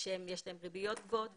כשיש להן ריביות גבוהות וכו',